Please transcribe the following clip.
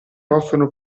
offrono